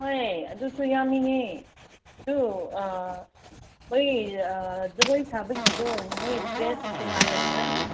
ꯍꯣꯏ ꯑꯗꯨꯁꯨ ꯌꯥꯎꯅꯤꯡꯉꯦ ꯑꯗꯨ ꯃꯣꯏ ꯖꯒꯣꯏ ꯁꯥꯕꯒꯤꯗꯣ ꯃꯣꯏ ꯗ꯭ꯔꯦꯁ ꯇꯣꯉꯥꯟꯅ ꯂꯩꯕ꯭ꯔꯥ